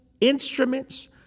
instruments